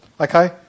Okay